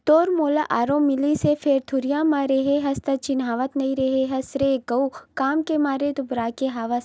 तोर मोला आरो मिलिस फेर दुरिहा म रेहे हस त चिन्हावत नइ रेहे हस रे आरुग काम के मारे दुबरागे हवस